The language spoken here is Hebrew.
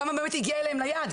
כמה הגיע אליהם ליד,